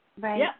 Right